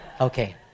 Okay